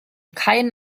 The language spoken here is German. keinen